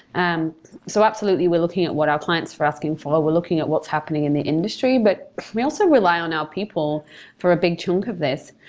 um so absolutely, we're looking at what our clients were asking for. we're looking at what's happening in the industry, but we also rely on our people for a big chunk of this.